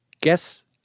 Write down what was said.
Guess